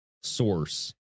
source